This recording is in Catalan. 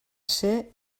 ser